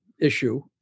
issue